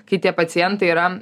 kai tie pacientai yra